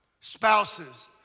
spouses